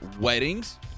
weddings